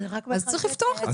אז צריך לפתוח את זה.